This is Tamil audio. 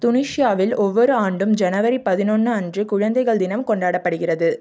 துனிசியாவில் ஒவ்வொரு ஆண்டும் ஜனவரி பதினொன்று அன்று குழந்தைகள் தினம் கொண்டாடப்படுகிறது